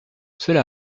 cela